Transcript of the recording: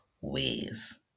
ways